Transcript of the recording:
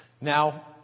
Now